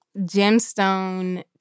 gemstone